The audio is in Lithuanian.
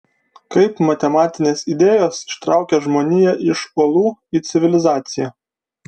kaip matematinės idėjos ištraukė žmoniją iš olų į civilizaciją